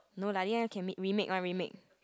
no lah this one can make remake one remake